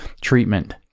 treatment